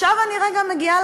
עכשיו אני רגע מגיעה